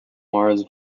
mars